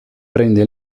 prende